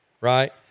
right